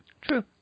True